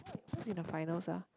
who's in the finals ah